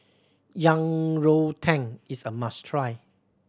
Yang Rou Tang is a must try